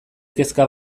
kezka